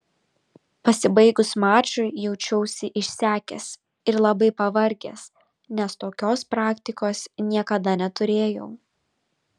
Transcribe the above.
pasibaigus mačui jaučiausi išsekęs ir labai pavargęs nes tokios praktikos niekada neturėjau